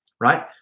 right